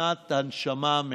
ממכונת הנשמה מקרטעת.